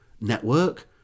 network